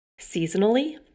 seasonally